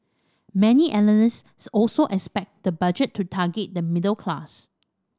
many analysts also expect the Budget to target the middle class